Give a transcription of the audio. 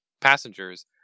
passengers